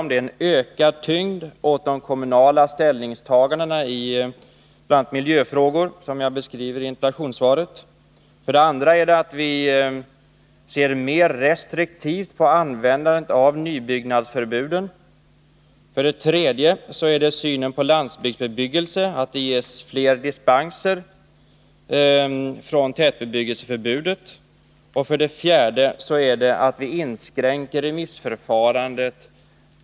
För det första: de kommunala ställningstagandena i bl.a. miljöfrågor ges en ökad tyngd. Detta beskriver jag också i interpellationssvaret. För det andra: vi ser mer restriktivt på användandet av nybyggnadsförbuden. För det tredje: vi har ändrat synen på landsbygdsbebyggelse. Det ges flera dispenser från tätbebyggelseförbudet. För det fjärde: vi inskränker remissförfarandet.